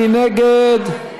מי נגד?